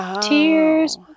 Tears